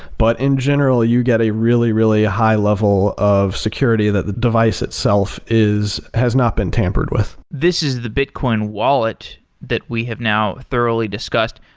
but in general, you get a really, really high level of security that the device itself has not been tampered with. this is the bitcoin wallet that we have now thoroughly discussed.